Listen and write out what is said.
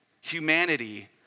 Humanity